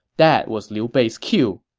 that was liu bei's cue.